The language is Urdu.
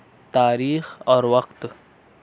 تاریخ اور وقت